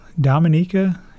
Dominica